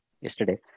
yesterday